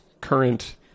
current